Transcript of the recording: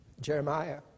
Jeremiah